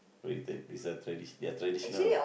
it's a tradition their traditional